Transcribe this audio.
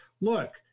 look